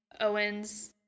Owen's